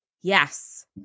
Yes